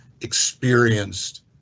experienced